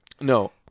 No